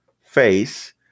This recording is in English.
face